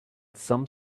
some